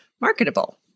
marketable